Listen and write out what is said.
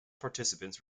participants